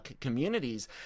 communities